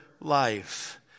life